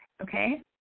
okay